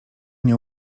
nie